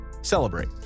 celebrate